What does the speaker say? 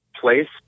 place